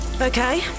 Okay